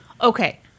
Okay